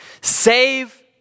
Save